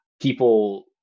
people